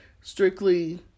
strictly